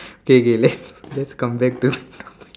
okay okay relax let's come back to